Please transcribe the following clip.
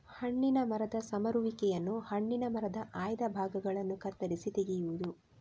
ಹಣ್ಣಿನ ಮರದ ಸಮರುವಿಕೆಯನ್ನು ಹಣ್ಣಿನ ಮರದ ಆಯ್ದ ಭಾಗಗಳನ್ನು ಕತ್ತರಿಸಿ ತೆಗೆಯುವುದು